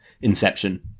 inception